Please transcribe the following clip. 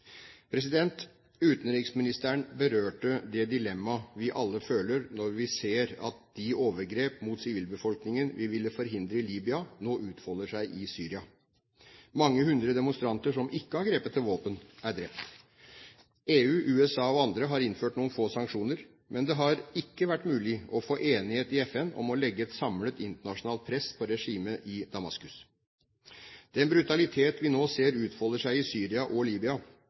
Utenriksministeren berørte det dilemmaet vi alle føler når vi ser at de overgrep mot sivilbefolkningen vi ville forhindre i Libya, nå utfolder seg i Syria. Mange hundre demonstranter som ikke har grepet til våpen, er drept. EU, USA og andre har innført noen få sanksjoner. Men det har ikke vært mulig å få enighet i FN om å legge et samlet internasjonalt press på regimet i Damaskus. Den brutalitet vi nå ser utfolder seg i Syria og